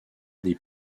des